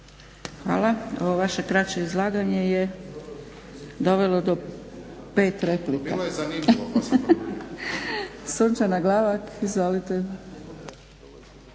Hvala. Ovo vaše kraće izlaganje je dovelo do 5 replika. Sunčana Glavak. Izvolite.